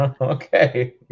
Okay